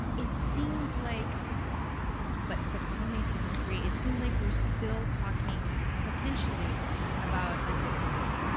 it seems like but but tell me if you disagree. it seems like we're still talking potentially about a discipline.